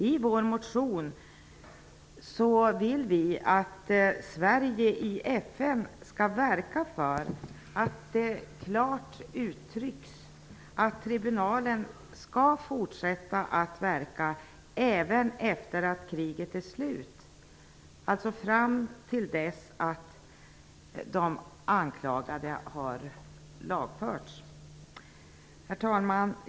I vår motion vill vi att Sverige i FN skall verka för att det klart uttrycks att tribunalen skall fortsätta att verka även efter det att kriget är slut, alltså fram till dess att de anklagade har lagförts. Herr talman!